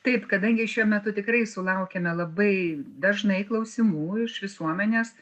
taip kadangi šiuo metu tikrai sulaukiame labai dažnai klausimų iš visuomenės